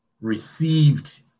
received